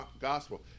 gospel